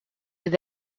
with